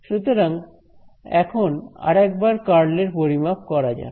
সুতরাং এখন আর একবার কার্ল এর পরিমাপ করা যাক